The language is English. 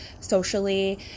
socially